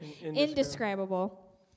Indescribable